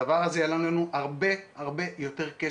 הדבר הזה יעלה לנו הרבה הרבה יותר כסף,